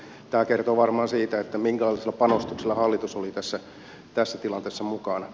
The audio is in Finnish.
tämä kertoo varmaan siitä minkälaisella panostuksella hallitus oli tässä tilanteessa mukana